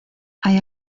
hay